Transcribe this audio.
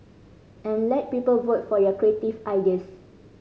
and let people vote for your creative ideas